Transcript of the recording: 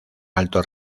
alto